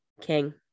king